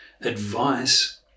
advice